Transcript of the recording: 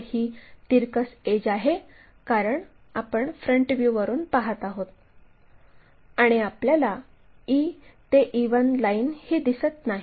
तर ही तिरकस एड्ज आहे कारण आपण फ्रंट व्ह्यूवरून पहात आहोत आणि आपल्याला e ते e1 लाईन ही दिसत नाही